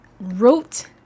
wrote